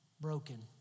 broken